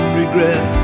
regret